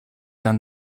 than